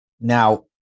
Now